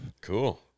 Cool